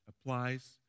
applies